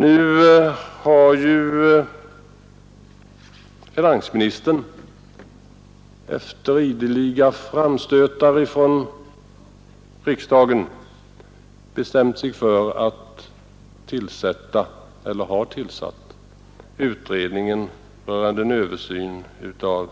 Nu har finansministern efter ideliga framstötar från riksdagen bestämt sig för att tillsätta utredningen rörande en översyn av,